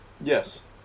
Yes